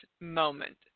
moment